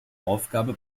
aufgabe